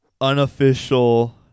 unofficial